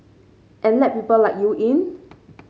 and let people like you in